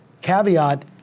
Caveat